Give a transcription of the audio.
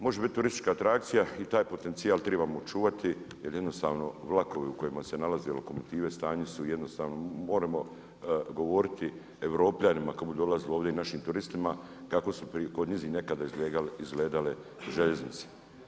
Može biti turistička atrakcija i taj potencijal trebamo čuvati, jer jednostavno vlakovi u kojima se nalaze lokomotive u stanju su jednostavno, moramo govoriti Europljanima kad budu dolazili ovdje i našim turistima, kako su kod njih nekada izgledale željeznice.